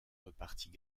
repartit